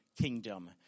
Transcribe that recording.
kingdom